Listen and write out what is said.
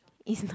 it's not